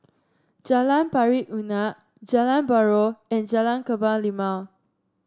Jalan Pari Unak Jalan Buroh and Jalan Kebun Limau